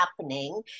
happening